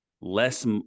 less